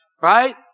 Right